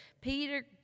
Peter